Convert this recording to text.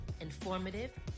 informative